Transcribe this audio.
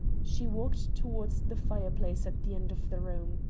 she walked towards the fireplace at the end of the room.